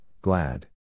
glad